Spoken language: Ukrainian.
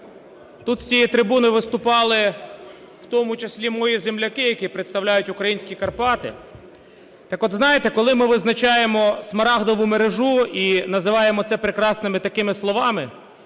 Тут з цієї трибуни виступали в тому числі мої земляки, які представляють українські Карпати. Так от знаєте, коли ми визначаємо Смарагдову мережу і називаємо це прекрасними такими словами,